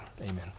Amen